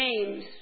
James